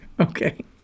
Okay